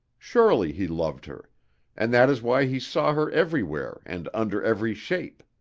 surely he loved her and that is why he saw her everywhere and under every shape.